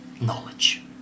knowledge